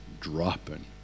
dropping